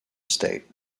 state